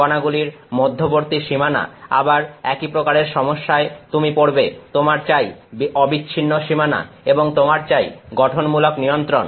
কণাগুলির মধ্যবর্তী সীমানা আবার একই প্রকারের সমস্যায় তুমি পড়বে তোমার চাই অবিচ্ছিন্ন সীমানা এবং তোমার চাই গঠনমূলক নিয়ন্ত্রণ